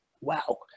Wow